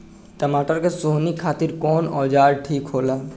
टमाटर के सोहनी खातिर कौन औजार ठीक होला?